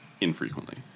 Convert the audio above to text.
infrequently